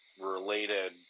related